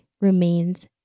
remains